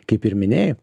kaip ir minėjai